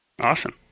Awesome